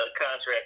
contract